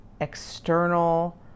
external